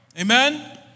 Amen